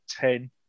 ten